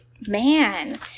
man